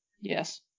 Yes